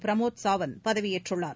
Pramod Sawant பதவியேற்றுள்ளார்